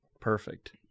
perfect